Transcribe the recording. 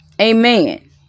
Amen